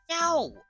No